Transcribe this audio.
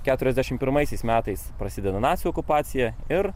keturiasdešimt pirmaisiais metais prasideda nacių okupacija ir